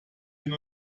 hin